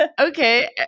Okay